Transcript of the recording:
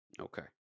Okay